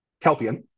kelpian